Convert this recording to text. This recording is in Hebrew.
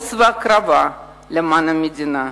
אומץ והקרבה למען המדינה.